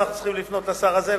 אנחנו צריכים לפנות אל השר הזה,